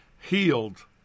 Healed